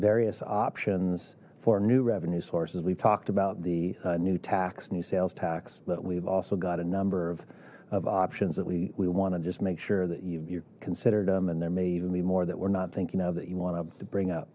various options for new revenue sources we've talked about the new tax new sales tax but we've also got a number of options that we we want to just make sure that you've considered them and there may even be more that we're not thinking of that you want to bring up